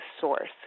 source